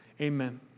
Amen